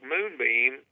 Moonbeam